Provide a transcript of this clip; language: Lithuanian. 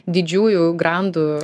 didžiųjų grandų